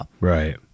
right